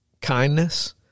kindness